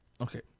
Okay